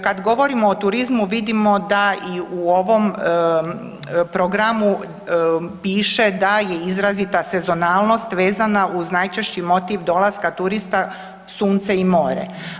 Kad govorimo o turizmu vidimo da i u ovom programu piše da je izrazita sezonalnost vezana uz najčešći motiv dolaska turista sunce i more.